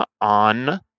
on